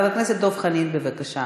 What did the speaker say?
חבר הכנסת דב חנין, בבקשה.